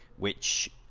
which.